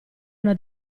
una